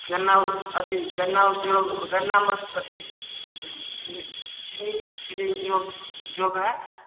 गन्ना अथी गन्ना उद्योग गन्ना मन अथी उद्योग चीनी चीनी उद्योग उद्योग है